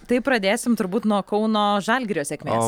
tai pradėsim turbūt nuo kauno žalgirio sėkmės